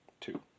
Two